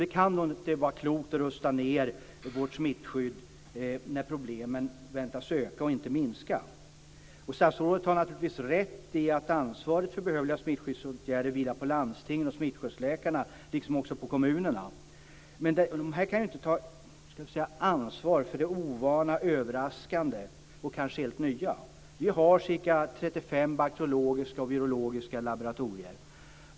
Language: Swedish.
Det kan inte vara klokt att rusta ned vårt smittskydd när problemen väntas öka - inte minska. Statsrådet har naturligtvis rätt i att ansvaret för behövliga smittskyddsåtgärder vilar på landstingen och smittskyddsläkarna, liksom på kommunerna. Men dessa kan inte ta ansvar för det ovana och för det överraskande och kanske helt nya. Sverige har ca 35 bakteriologiska och virologiska laboratorier.